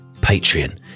Patreon